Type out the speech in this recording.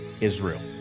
Israel